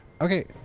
Okay